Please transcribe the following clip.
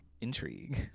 Intrigue